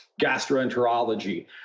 gastroenterology